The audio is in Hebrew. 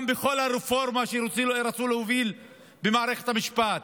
גם ברפורמה שרצו להוביל במערכת המשפט,